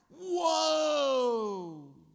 whoa